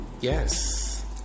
Yes